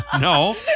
No